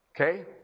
okay